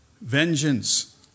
vengeance